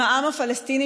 עם העם הפלסטיני,